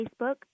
facebook